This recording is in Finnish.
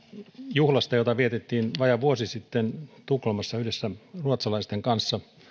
juhlasta jota vietettiin vajaa vuosi sitten tukholmassa yhdessä ruotsalaisten kanssa